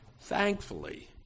thankfully